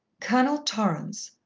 colonel torrance,